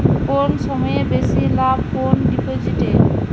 কম সময়ে বেশি লাভ কোন ডিপোজিটে?